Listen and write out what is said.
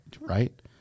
right